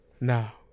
Now